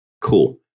cool